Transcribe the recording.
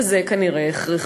וזה כנראה הכרחי.